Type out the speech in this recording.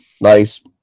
Nice